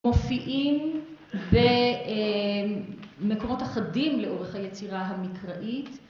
מופיעים במקומות אחדים לאורך היצירה המקראית.